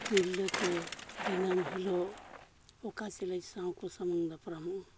ᱛᱤᱨᱞᱟᱹ ᱠᱚ ᱫᱤᱱᱟᱹᱢ ᱦᱤᱞᱳᱜ ᱚᱠᱟ ᱪᱮᱞᱮᱧᱡᱽ ᱥᱟᱶ ᱠᱚ ᱥᱟᱢᱟᱝ ᱫᱟᱯᱨᱟᱢᱚᱜᱼᱟ